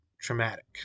traumatic